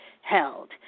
held